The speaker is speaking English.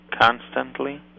constantly